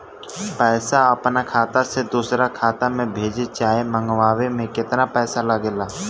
पैसा अपना खाता से दोसरा खाता मे भेजे चाहे मंगवावे में केतना पैसा लागेला?